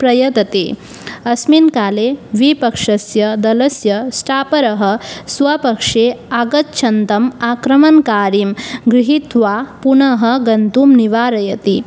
प्रयतते अस्मिन् काले द्विपक्षस्य दलस्य स्टापरः स्वपक्षे आगच्छन्तम् आक्रमणकारिणं गृहीत्वा पुनः गन्तुं निवारयति